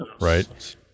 right